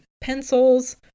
pencils